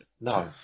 No